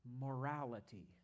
morality